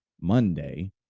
monday